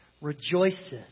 rejoices